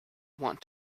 want